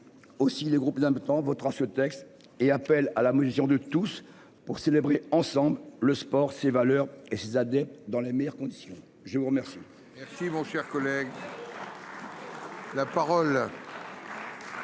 Aussi les groupes d'importants votera ce texte et appelle à la position de tous pour célébrer ensemble le sport ses valeurs et ses adeptes dans les meilleures conditions. Je vous remercie.